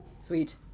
Sweet